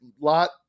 lot